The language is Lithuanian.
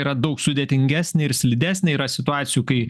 yra daug sudėtingesnė ir slidesnė yra situacijų kai